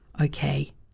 Okay